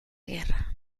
guerra